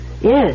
Yes